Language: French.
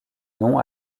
nom